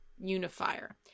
unifier